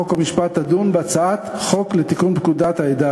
חוק ומשפט תדון בהצעת חוק לתיקון פקודת העדה